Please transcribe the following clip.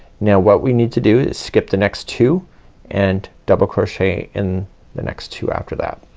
now what we need to do is skip the next two and double crochet in the next two after that.